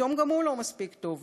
פתאום גם הוא לא מספיק טוב,